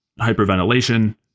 hyperventilation